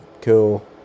Cool